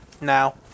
Now